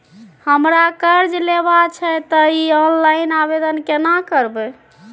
हमरा कर्ज लेबा छै त इ ऑनलाइन आवेदन केना करबै?